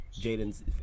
Jaden's